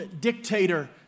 dictator